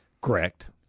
Correct